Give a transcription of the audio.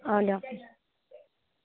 অঁ দিয়ক